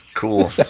Cool